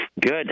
good